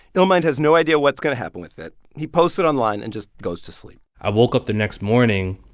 illmind has no idea what's going to happen with it. he posts it online and just goes to sleep i woke up the next morning,